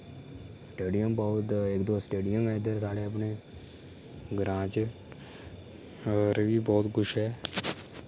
stadium बोह्त इक दो स्टेडियम ऐ साढ़ै अपनै इद्धर ग्रांऽ च और बी बहुत कुछ ऐ